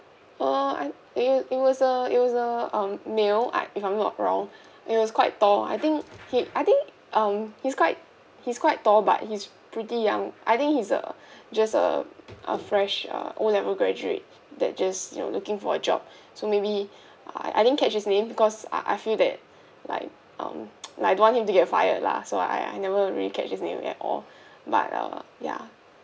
uh I it it was a it was a um male I if I'm not wrong he was quite tall I think he I think um he's quite he's quite tall but he's pretty young I think he's a just a a fresh uh O level graduate that just you know looking for a job so maybe I I didn't catch his name because I I feel that like um like I don't want him to get fired lah so I I never really catch his name at all but uh ya